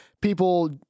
people